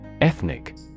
Ethnic